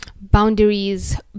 boundaries